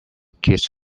kissed